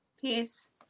Peace